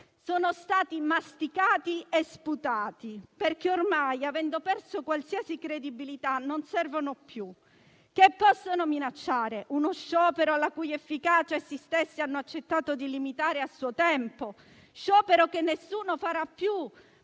sono stati in masticati e sputati, perché ormai, avendo perso qualsiasi credibilità, non servono più. Cosa possono minacciare? Uno sciopero la cui efficacia essi stessi hanno accettato di limitare a suo tempo? Sciopero che nessuno farà più,